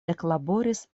eklaboris